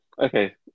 Okay